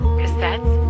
cassettes